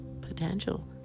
potential